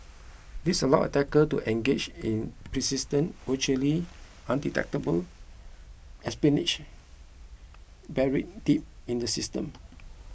this allows attackers to engage in persistent virtually undetectable espionage buried deep in the system